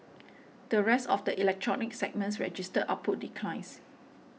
the rest of the electronics segments registered output declines